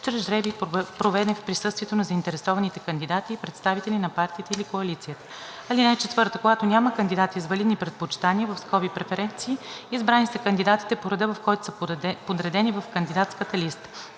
чрез жребий, проведен в присъствието на заинтересованите кандидати и представители на партията или коалицията. (4) Когато няма кандидати с валидни предпочитания (преференции), избрани са кандидатите по реда, в който са подредени в кандидатската листа.